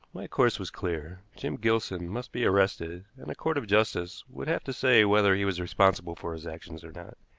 my course was clear. jim gilson must be arrested, and a court of justice would have to say whether he was responsible for his actions or not.